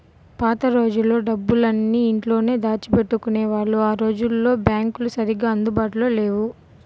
పాత రోజుల్లో డబ్బులన్నీ ఇంట్లోనే దాచిపెట్టుకునేవాళ్ళు ఆ రోజుల్లో బ్యాంకులు సరిగ్గా అందుబాటులో లేవు